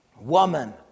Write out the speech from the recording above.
Woman